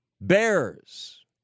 bears